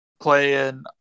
playing